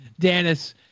Danis